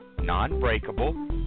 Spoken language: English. non-breakable